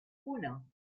uno